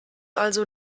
also